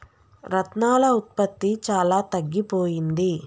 రత్నాల ఉత్పత్తి చాలా తగ్గిపోయింది